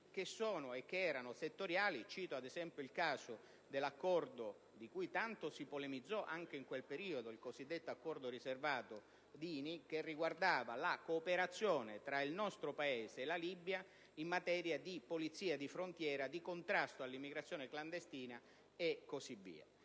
che erano e sono settoriali. Cito, ad esempio, il caso dell'accordo in merito al quale tanto si polemizzò anche in quel periodo, il cosiddetto accordo riservato Dini, che riguardava la cooperazione tra il nostro Paese e la Libia in materia di polizia di frontiera, di contrasto all'immigrazione clandestina e così via.